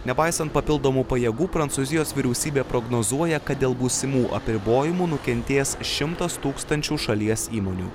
nepaisant papildomų pajėgų prancūzijos vyriausybė prognozuoja kad dėl būsimų apribojimų nukentės šimtas tūkstančių šalies įmonių